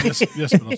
yes